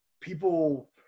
people